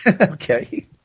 Okay